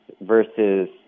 versus